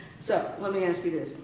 so let me ask you this.